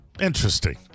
Interesting